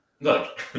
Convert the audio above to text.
look